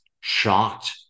shocked